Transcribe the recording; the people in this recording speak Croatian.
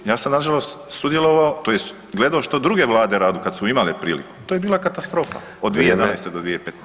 Ja sam na žalost sudjelovao, tj. gledao što druge Vlade rade kad su imale priliku, to je bila katastrofa od 2012. do 2015